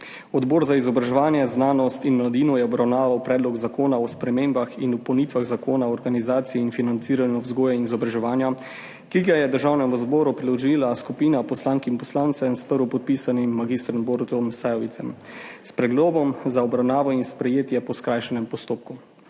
Odbor za izobraževanje, znanost in mladino je obravnaval Predlog zakona o spremembah in dopolnitvah Zakona o organizaciji in financiranju vzgoje in izobraževanja, ki ga je Državnemu zboru predložila skupina poslank in poslancev s prvopodpisanim mag. Borutom Sajovicem s predlogom za obravnavo in sprejetje po skrajšanem postopku.